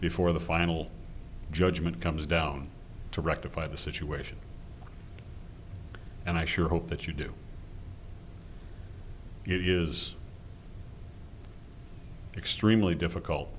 before the final judgment comes down to rectify the situation and i sure hope that you do it is extremely difficult